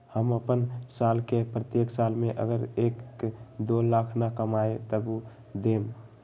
हम अपन साल के प्रत्येक साल मे अगर एक, दो लाख न कमाये तवु देम?